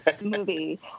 movie